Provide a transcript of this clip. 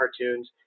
cartoons